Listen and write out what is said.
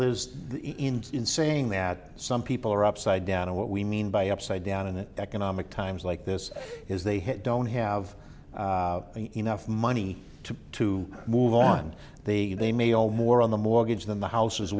there's in saying that some people are upside down and what we mean by upside down in the economic times like this is they don't have enough money to to move on the they may owe more on the mortgage than the house